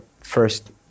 first